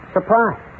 Surprise